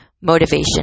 motivation